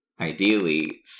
Ideally